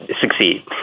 succeed